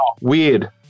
Weird